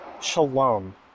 shalom